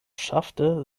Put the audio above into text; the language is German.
schaffte